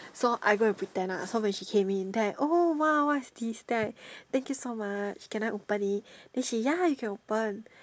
so I go and pretend ah so when she came in then I oh !wow! what is this then I thank you so much can I open it then she ya you can open